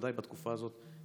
בוודאי בתקופה הזאת,